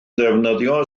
ddefnyddio